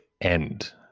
end